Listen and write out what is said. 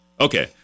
Okay